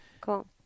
Cool